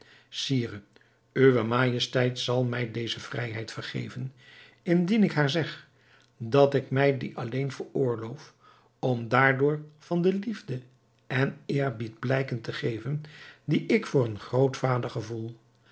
sire uwe majesteit zal mij deze vrijheid vergeven indien ik haar zeg dat ik mij die alleen veroorloof om daardoor van de liefde en eerbied blijken te geven die ik voor een grootvader gevoel